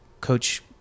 Coach